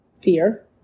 fear